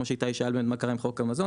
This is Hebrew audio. כמו שאיתי שאל באמת מה קרה עם חוק המזון.